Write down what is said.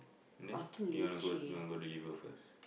then you want to go you want to go deliver first